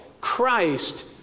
christ